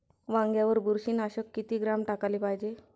वांग्यावर बुरशी नाशक किती ग्राम टाकाले पायजे?